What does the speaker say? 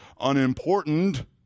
unimportant